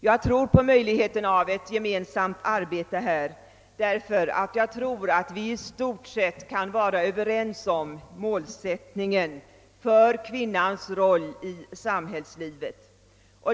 Jag tror på möjligheten av ett gemensamt arbete på detta område, därför att jag tror att vi i stort sett kan vara överens om målsättningen, d.v.s. om kvinnans roll i samhällslivet.